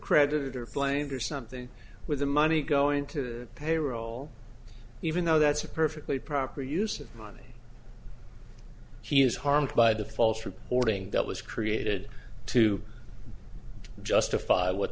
credited or blamed or something with the money going to payroll even though that's a perfectly proper use of money he is harmed by the false reporting that was created to justify what